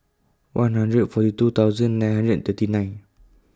one hundred forty two thousand nine hundred and thirty nine